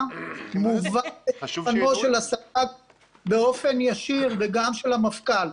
מובא לשולחנו של השר באופן ישיר וגם של המפכ"ל.